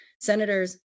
senators